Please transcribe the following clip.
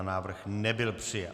Návrh nebyl přijat.